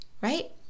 right